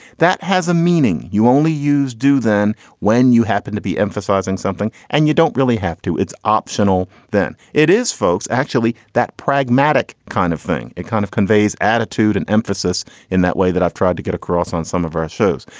that has a meaning you only use do then when you happen to be emphasizing something and you don't really have to, it's optional then it is folks. actually that pragmatic kind of thing. it kind of conveys attitude and emphasis in that way that i've tried to get across on some of our shows.